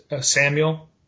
Samuel